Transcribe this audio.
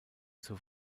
zur